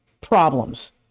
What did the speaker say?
problems